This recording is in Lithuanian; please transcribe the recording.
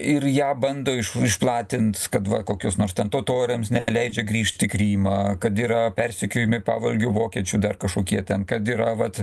ir ją bando iš išplatint kad va kokius nors ten totoriams neleidžia grįžt į krymą kad yra persekiojami pavolgio vokiečių dar kažkokie ten kad yra vat